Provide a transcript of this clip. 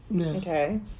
Okay